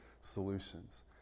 solutions